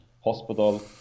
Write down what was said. hospital